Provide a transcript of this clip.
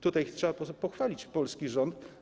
Tutaj trzeba pochwalić polski rząd.